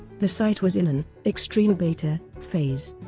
the site was in an extreme beta phase